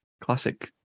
classic